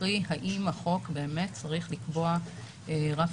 קרי: האם החוק באמת צריך לקבוע רף